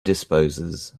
disposes